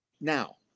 Now